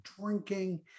drinking